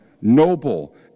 noble